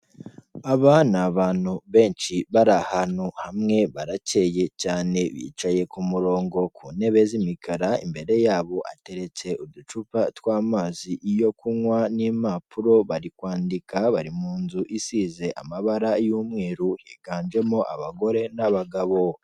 Aba ni abantu benshi bari ahantu hamwe, barakeye cyane, bicaye ku murongo ku ntebe z'imikara, imbere y'abo hateretse uducupa tw'amazi yo kunywa n'impapuro bari kwandika, bari mu nzu isize amabara y'umweru, higanjemo abagore n'abagabo.